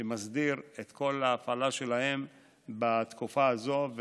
שמסדיר את כל ההפעלה שלהן בתקופה הזו.